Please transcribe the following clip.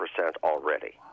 already